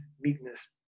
meekness